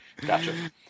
Gotcha